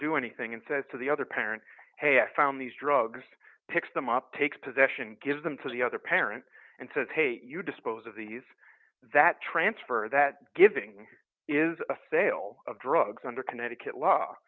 do anything and says to the other parent hey i found these drugs picks them up takes possession give them to the other parent and says hey you dispose of these that transfer that giving is a sale of drugs under connecticut la